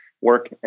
work